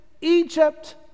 Egypt